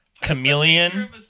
Chameleon